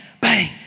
bang